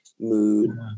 Mood